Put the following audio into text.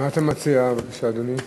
מה אתה מציע, בבקשה, אדוני?